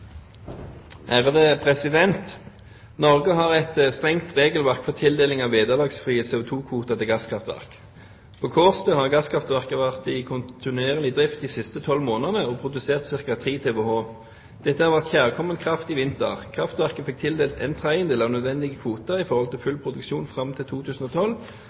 har et særnorsk strengt regelverk for tildeling av vederlagsfrie CO2-kvoter til gasskraftverk. På Kårstø har gasskraftverket vært i kontinuerlig drift de siste 12 måneder og produsert ca. 3 TWh. Dette har vært kjærkommen kraft i vinter. Kraftverket fikk tildelt ⅓ av nødvendige kvoter i forhold til full produksjon frem til 2012,